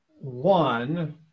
one